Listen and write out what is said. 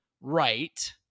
right